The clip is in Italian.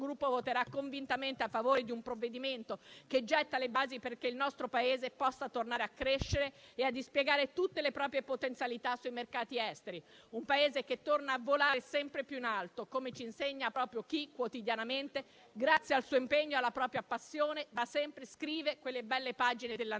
Gruppo voterà convintamente a favore di un provvedimento che getta le basi perché il nostro Paese possa tornare a crescere e a dispiegare tutte le proprie potenzialità sui mercati esteri. Un Paese che torna a volare sempre più in alto, come ci insegna proprio chi quotidianamente, grazie al suo impegno e alla propria passione, da sempre scrive quelle belle pagine dell'antica